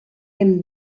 hem